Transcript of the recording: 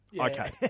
Okay